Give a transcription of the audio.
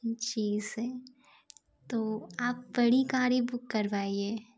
जी sir तो आप बड़ी कारें बुक करवाइए